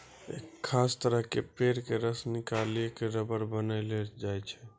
एक खास तरह के पेड़ के रस निकालिकॅ रबर बनैलो जाय छै